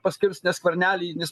paskirs ne skvernelį